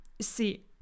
see